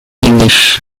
english